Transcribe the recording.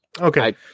Okay